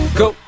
go